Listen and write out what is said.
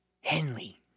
Henley